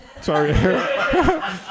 Sorry